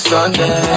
Sunday